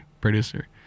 producer